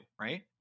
right